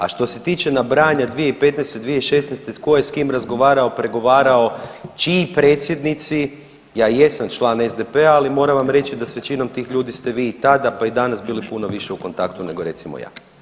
A što se tiče nabrajanja 2015., 2016. tko je s kim razgovarao, pregovarao, čiji predsjednici, ja jesam član SDP-a ali moram vam reći da s većinom tih ljudi ste vi i tada pa i danas bili puno više u kontaktu nego recimo ja.